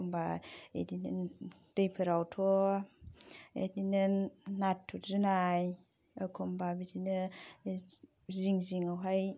एखम्बा बिदिनो दैफोरावथ' बिदिनो नाथुर जुनाय एखम्बा बिदिनो जिं जिङावहाय